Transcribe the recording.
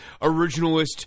originalist